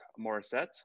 Morissette